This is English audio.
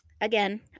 Again